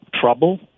trouble